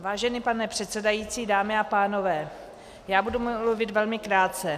Vážený pane předsedající, dámy a pánové, já budu mluvit velmi krátce.